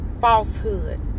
falsehood